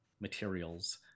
materials